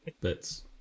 bits